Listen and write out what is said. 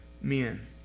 men